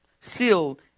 Sealed